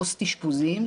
פוסט-אשפוזיים,